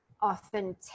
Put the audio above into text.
often